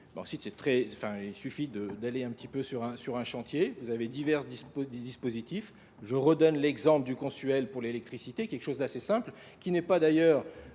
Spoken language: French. Ensuite, il suffit d'aller un petit peu sur un chantier. Vous avez divers dispositifs. Je redonne l'exemple du consuel pour l'électricité, quelque chose d'assez simple, qui n'est pas d'ailleurs